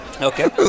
Okay